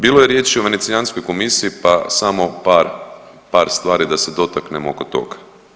Bilo je riječi o Venecijanskoj komisiji pa samo par, par stvari da se dotaknemo oko toga.